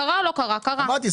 אמרתי,